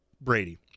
Brady